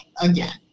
again